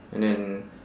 and then